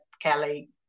Kelly